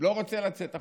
לא רוצה לצאת החוצה.